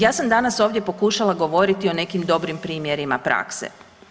Ja sam danas ovdje pokušala govoriti o nekim dobrim primjerima prakse.